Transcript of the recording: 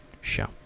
show